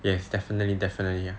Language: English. yes definitely definitely ya